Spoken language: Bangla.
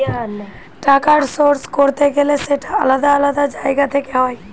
টাকার সোর্স করতে গেলে সেটা আলাদা আলাদা জায়গা থেকে হয়